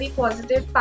positive